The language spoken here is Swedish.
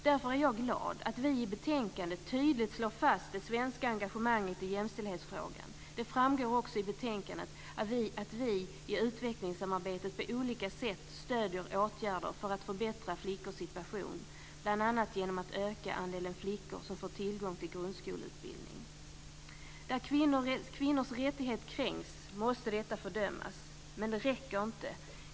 Därför är jag glad att vi i betänkandet tydligt slår fast det svenska engagemanget i jämställdhetsfrågan. Det framgår också i betänkandet att vi på olika sätt i utvecklingssamarbetet stöder åtgärder för att förbättra flickors situation, bl.a. genom att öka andelen flickor som får tillgång till grundskoleutbildning. Där kvinnors rättigheter kränks måste detta fördömas. Men det räcker inte!